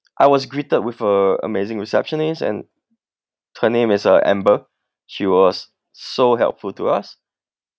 I was greeted with a amazing receptionist and her name is uh amber she was so helpful to us